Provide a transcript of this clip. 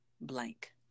blank